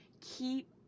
keep